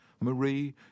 Marie